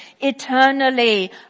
eternally